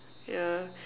yeah